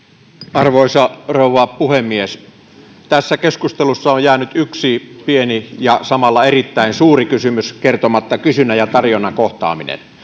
arvoisa rouva puhemies tässä keskustelussa on jäänyt yksi pieni ja samalla erittäin suuri kysymys kertomatta kysynnän ja tarjonnan kohtaaminen